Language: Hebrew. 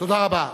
תודה רבה.